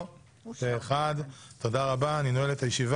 לפי חוק